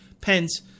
Pence